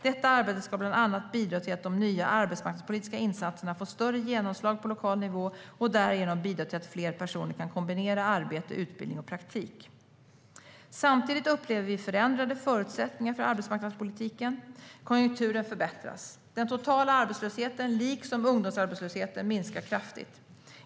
Detta arbete ska bland annat bidra till att de nya arbetsmarknadspolitiska insatserna får större genomslag på lokal nivå och därigenom bidra till att fler personer kan kombinera arbete, utbildning och praktik. Samtidigt upplever vi förändrade förutsättningar för arbetsmarknadspolitiken. Konjunkturen förbättras. Den totala arbetslösheten liksom ungdomsarbetslösheten minskar kraftigt.